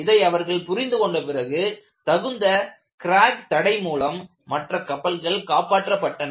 இதை அவர்கள் புரிந்து கொண்ட பிறகு தகுந்த கிராக் தடை மூலம் மற்ற கப்பல்கள் காப்பாற்றப்பட்டன